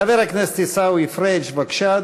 חבר הכנסת עיסאווי פריג' בבקשה,